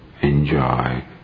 enjoy